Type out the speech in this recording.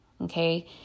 okay